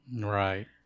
Right